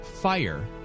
FIRE